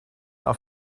auf